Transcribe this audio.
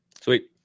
Sweet